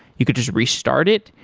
you could just restart it.